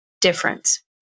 difference